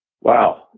wow